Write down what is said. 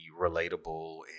relatable